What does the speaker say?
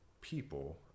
people